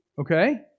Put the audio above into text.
okay